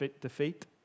defeat